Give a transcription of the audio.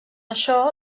això